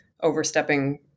overstepping